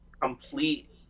Complete